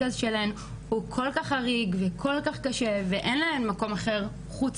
שלהן הוא כל כך חריג והוא כל כך קשה ואין להן מקום אחר חוץ